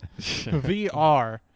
VR